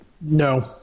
No